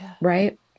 right